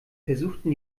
versuchten